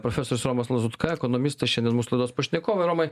profesorius romas lazutka ekonomistas šiandien mūsų laidos pašnekovai romai